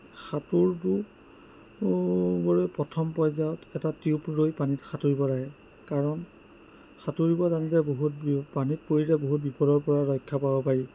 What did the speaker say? সাঁতোৰটো প্ৰথম পৰ্যায়ত এটা টিউব লৈ পানীত সাঁতুৰিব লাগে কাৰণ সাঁতুৰিব জানিলে বহুত বি পানীত পৰিলে বহুত বিপদৰ পৰা ৰক্ষা পাব পাৰি